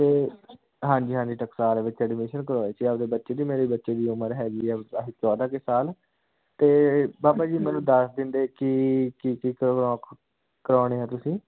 ਅਤੇ ਹਾਂਜੀ ਹਾਂਜੀ ਟਕਸਾਲ ਵਿੱਚ ਅਡਮਿਸ਼ਨ ਕਰਵਾਈ ਸੀ ਆਪਦੇ ਬੱਚੇ ਦੀ ਮੇਰੇ ਬੱਚੇ ਦੀ ਉਮਰ ਹੈਗੀ ਆ ਆਹੀ ਚੌਦ੍ਹਾਂ ਕੁ ਸਾਲ ਅਤੇ ਬਾਬਾ ਜੀ ਮੈਨੂੰ ਦੱਸ ਦਿੰਦੇ ਕਿ ਕੀ ਕੀ ਕਰਵਾਉਣ ਅਖਾ ਕਰਵਾਉਂਦੇ ਆ ਤੁਸੀਂ